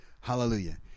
Hallelujah